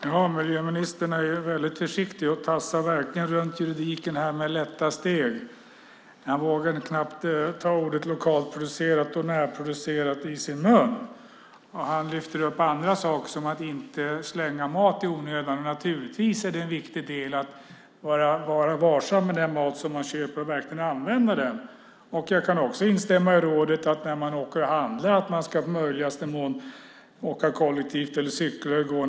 Fru talman! Jordbruksministern är väldigt försiktig och tassar verkligen runt juridiken med lätta steg. Han vågar knappt ta ordet lokalproducerat eller närproducerat i sin mun. Han lyfter upp andra saker som att man inte ska slänga mat i onödan. Naturligtvis är det en viktig del att vara varsam med den mat som man köper och verkligen använda den. Jag kan också instämma i rådet att man när man åker och handlar i möjligaste mån ska åka kollektivt eller cykla eller gå.